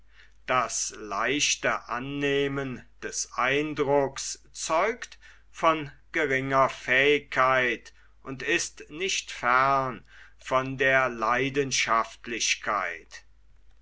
das leichte annehmen des eindrucks zeugt von geringer fähigkeit und ist nicht fern von der leidenschaftlichkeit